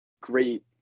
great